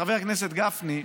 חבר הכנסת גפני: